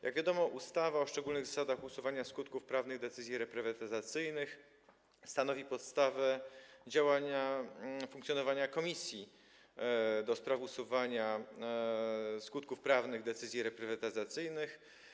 Jak wiadomo, ustawa o szczególnych zasadach usuwania skutków prawnych decyzji reprywatyzacyjnych stanowi podstawę działania, funkcjonowania Komisji do spraw usuwania skutków prawnych decyzji reprywatyzacyjnych.